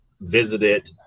visited